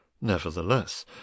nevertheless